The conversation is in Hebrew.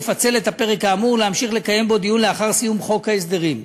לפצל את הפרק האמור ולהמשיך לקיים בו דיון לאחר סיום חוק ההסדרים.